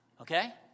Okay